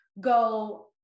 go